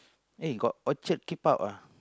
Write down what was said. eh got Orchard keep out ah